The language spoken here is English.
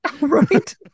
Right